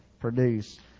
produce